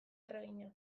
erregina